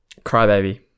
Crybaby